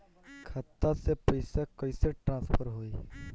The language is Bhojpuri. खाता से पैसा कईसे ट्रासर्फर होई?